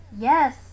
Yes